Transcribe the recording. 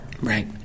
Right